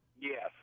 Yes